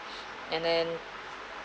and then